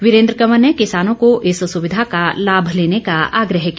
वीरेन्द्र कंवर ने किसानों को इस सुविधा का लाभ लेने का आग्रह किया